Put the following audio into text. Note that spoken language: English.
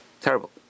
Terrible